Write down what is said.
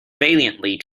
valiantly